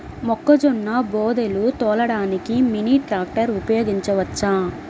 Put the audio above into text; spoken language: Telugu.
మొక్కజొన్న బోదెలు తోలడానికి మినీ ట్రాక్టర్ ఉపయోగించవచ్చా?